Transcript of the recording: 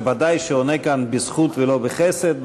שבוודאי עונה כאן בזכות ולא בחסד,